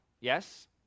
yes